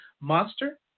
Monster